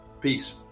Peace